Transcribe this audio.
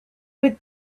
with